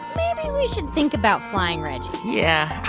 maybe we should think about flying reggie yeah,